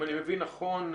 אם אני מבין נכון,